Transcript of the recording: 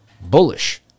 bullish